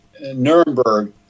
Nuremberg